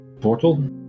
Portal